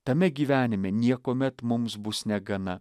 tame gyvenime niekuomet mums bus negana